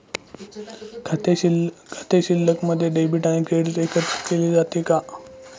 खाते शिल्लकमध्ये डेबिट आणि क्रेडिट एकत्रित केले जातात का?